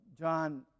John